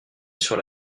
sur